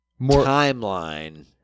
timeline